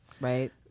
Right